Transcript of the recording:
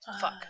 fuck